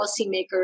policymakers